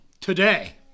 today